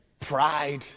pride